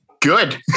Good